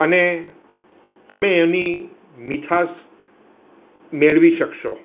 અને તમે એની મીઠાશ મેળવી શકશો